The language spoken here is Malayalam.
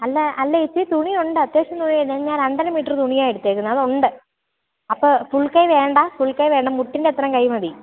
അല്ല അല്ല ചേച്ചി തുണി ഉണ്ട് അത്യാവശ്യം തുണിയുണ്ട് ഞാൻ രണ്ടര മീറ്റർ തുണിയാണ് എടുത്തിരിക്കുന്നത് അത് ഉണ്ട് അപ്പൊൾ ഫുൾ കൈ വേണ്ട ഫുൾ കൈ വേണ്ട മുട്ടിൻ്റെ അത്രയും കൈ മതി